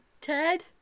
Ted